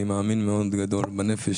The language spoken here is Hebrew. אני מאמין מאוד גדול בנפש,